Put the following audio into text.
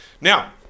Now